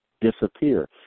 disappear